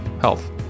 health